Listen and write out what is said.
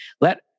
let